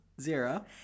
zero